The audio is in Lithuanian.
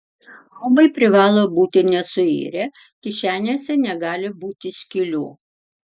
rūbai privalo būti nesuirę kišenėse negali būti skylių